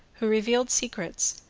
who revealed secrets,